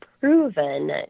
proven